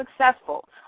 successful